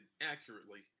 accurately